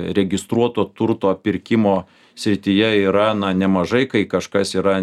registruoto turto pirkimo srityje yra na nemažai kai kažkas yra